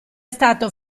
stato